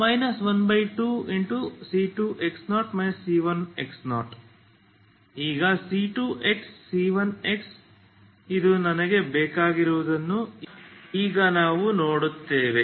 ಈಗ c2x c1x ಇದು ನನಗೆ ಬೇಕಾಗಿರುವುದನ್ನು ಈಗ ನಾವು ನೋಡುತ್ತೇವೆ